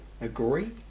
Agree